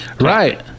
Right